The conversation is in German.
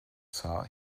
sah